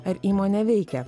ar įmonė veikia